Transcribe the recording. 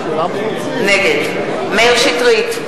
נגד מאיר שטרית,